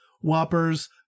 Whoppers